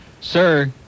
Sir